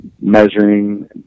measuring